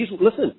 listen